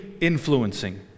influencing